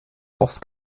oft